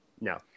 No